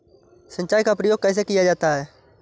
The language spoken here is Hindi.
सिंचाई का प्रयोग कैसे किया जाता है?